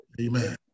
Amen